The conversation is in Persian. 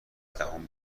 دهم